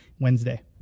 Wednesday